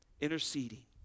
Interceding